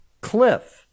cliff